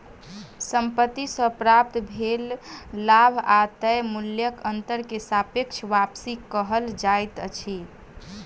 संपत्ति से प्राप्त भेल लाभ आ तय मूल्यक अंतर के सापेक्ष वापसी कहल जाइत अछि